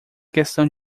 questão